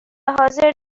حاضر